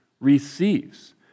receives